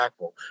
impactful